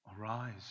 arise